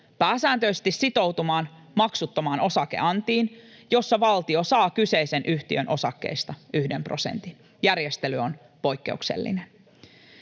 pääsääntöisesti sitoutumaan maksuttomaan osakeantiin, jossa valtio saa kyseisen yhtiön osakkeista yhden prosentin. Järjestely on poikkeuksellinen.